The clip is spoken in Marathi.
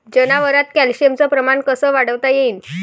जनावरात कॅल्शियमचं प्रमान कस वाढवता येईन?